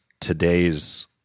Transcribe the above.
today's